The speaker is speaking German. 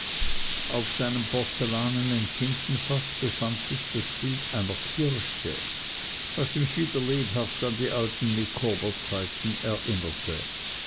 aus seinem porzellanenen tintenfaß befand sich das bild einer kirche was mich wieder lebhaft an die alten micawberzeiten erinnerte